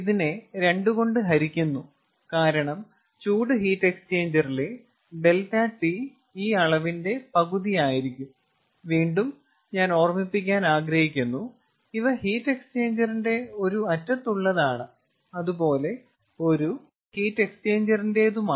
ഇതിനെ 2 കൊണ്ട് ഹരിക്കുന്നു കാരണം ചൂട് ഹീറ്റ് എക്സ്ചേഞ്ചറിലെ ∆T ഈ അളവിന്റെ പകുതിയായിരിക്കും വീണ്ടും ഞാൻ ഓർമ്മിപ്പിക്കാൻ ആഗ്രഹിക്കുന്നു ഇവ ഹീറ്റ് എക്സ്ചേഞ്ചറിന്റെ ഒരു അറ്റത്തുള്ളതാണ് അതുപോലെ ഒരു ഹീറ്റ് എക്സ്ചേഞ്ചറിന്റേതുമാണ്